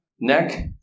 neck